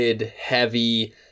heavy